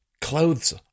clothes